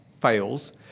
fails